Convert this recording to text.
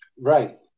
Right